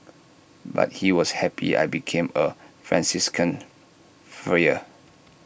but he was happy I became A Franciscan Friar